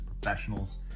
professionals